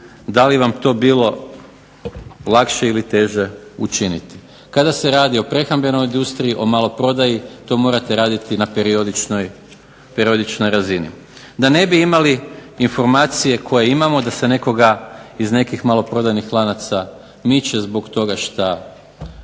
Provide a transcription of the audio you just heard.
da li vam to bilo lakše ili teže učiniti. Kada se radi o prehrambenoj industriji, o maloprodaji, to morate raditi na periodičnoj razini. Da ne bi imali informacije koje imamo da se nekoga iz nekih maloprodajnih lanaca miče zbog toga što